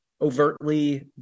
overtly